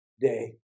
Day